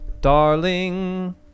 Darling